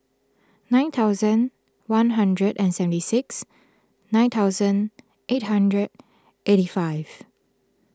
nine thousand one hundred and seventy six nine thousand eight hundred eighty five